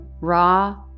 raw